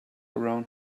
around